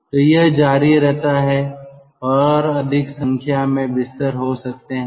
तो यह जारी रहता है और अधिक संख्या में बिस्तर हो सकते हैं